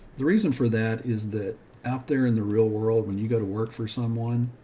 the reason for that is that out there in the real world, when you go to work for someone,